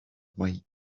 mae